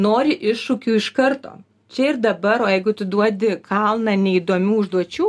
nori iššūkių iš karto čia ir dabar o jeigu tu duodi kalną neįdomių užduočių